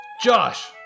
Josh